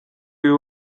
you